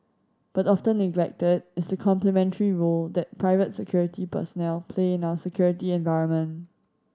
but often neglected is the complementary role that private security personnel play in our security environment